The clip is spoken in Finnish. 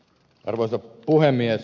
arvoisa puhemies